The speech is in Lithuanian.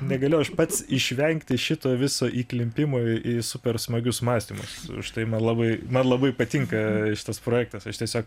negaliu aš pats išvengti šito viso įklimpimo į super smagius mąstymus užtai man labai man labai patinka šitas projektas aš tiesiog